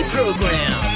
Program